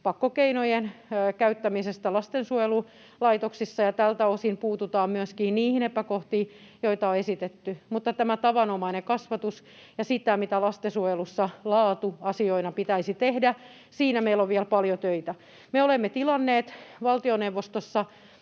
pakkokeinojen käyttämisestä lastensuojelulaitoksissa, ja tältä osin puututaan myöskin niihin epäkohtiin, joita on esitetty, mutta tässä tavanomaisessa kasvatuksessa ja siinä, mitä lastensuojelussa laatuasioina pitäisi tehdä, meillä on vielä paljon töitä. Me olemme tilanneet valtioneuvostossa